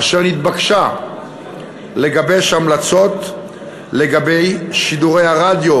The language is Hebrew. אשר התבקשה לגבש המלצות לגבי שידורי הרדיו